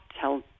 tell